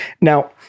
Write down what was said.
Now